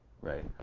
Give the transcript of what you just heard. right